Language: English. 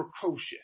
precocious